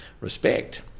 respect